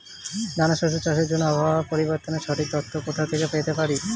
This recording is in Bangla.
দানা শস্য চাষের জন্য আবহাওয়া পরিবর্তনের সঠিক তথ্য কোথা থেকে পেতে পারি?